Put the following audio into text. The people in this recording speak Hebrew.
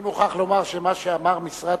אני מוכרח לומר שמה שאמר משרד